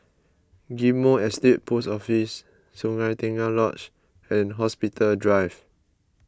Ghim Moh Estate Post Office Sungei Tengah Lodge and Hospital Drive